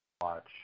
watch